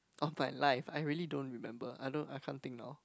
all my life I really don't remember I don't I can't think now